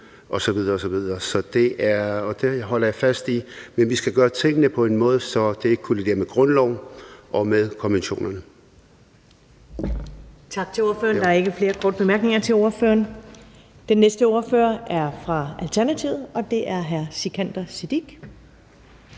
osv. osv. – og det holder jeg fast i. Men vi skal gøre tingene på en måde, så det ikke kolliderer med grundloven og med konventionerne.